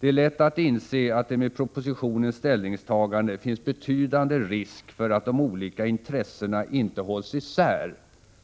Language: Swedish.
Det är lätt att inse att det med propositionens ställningstagande finns betydande risk för att de olika intressena inte hålls isär